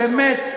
באמת,